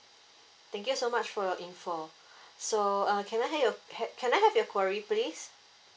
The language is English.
thank you so much for your info so uh can I have your have can I have your query please